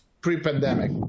pre-pandemic